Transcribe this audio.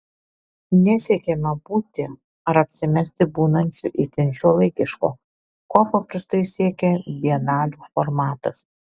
nesiekiama būti ar apsimesti būnančiu itin šiuolaikišku ko paprastai siekia bienalių formatas